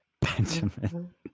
Benjamin